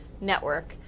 network